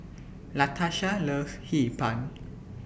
Latasha loves Hee Pan